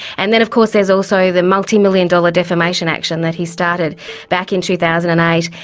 and then of course there's also the multi-million dollar defamation action that he started back in two thousand and eight,